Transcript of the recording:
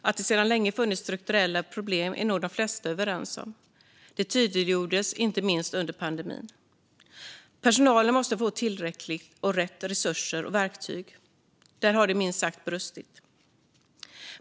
Att det sedan länge funnits strukturella problem är nog de flesta överens om; det tydliggjordes inte minst under pandemin. Personalen måste få tillräckliga och rätt resurser och verktyg - där har det minst sagt brustit.